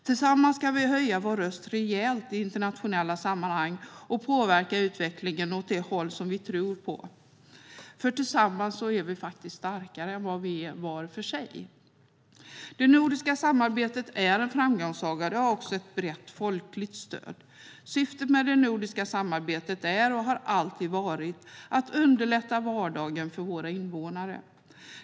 Tillsammans kan vi höja vår röst rejält i internationella sammanhang och påverka utvecklingen åt det håll som vi tror på. Tillsammans är vi starkare än vad vi är var för sig. Det nordiska samarbetet är en framgångssaga, och det har också ett brett folkligt stöd. Syftet med det nordiska samarbetet är - och har alltid varit - att underlätta vardagen för våra invånare.